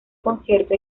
concierto